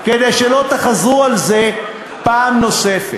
כדי שלא תחזרו על זה פעם נוספת.